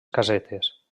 casetes